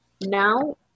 Now